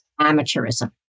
amateurism